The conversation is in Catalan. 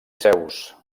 zeus